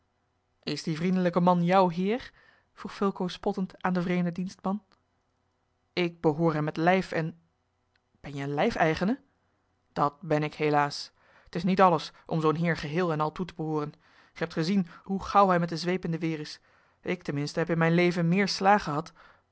is die vriendelijke man jouw heer vroeg fulco spottend aan den vreemden dienstman ik behoor hem met lijf en ben je een lijfeigene dat ben ik helaas t is niet alles om zoo'n heer geheel en al toe te behooren gij hebt gezien hoe gauw hij met de zweep in de weer is ik ten minste heb in mijn leven meer slaag gehad